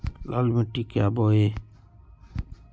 लाल मिट्टी क्या बोए?